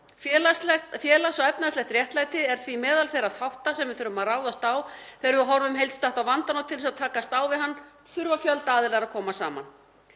Félags- og efnahagslegt réttlæti er því meðal þeirra þátta sem við þurfum að ráðast á þegar við horfum heildstætt á vandann og til þess að takast á við hann þarf fjöldi aðila að koma saman.